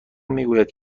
میگوید